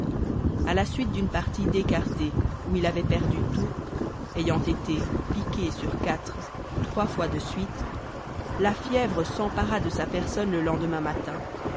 a la suite d'une partie d'écarté où il avait perdu tout ayant été piqué sur quatre trois fois de suite la fièvre s'empara de sa personne le lendemain matin